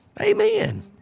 Amen